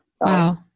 wow